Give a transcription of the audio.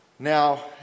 Now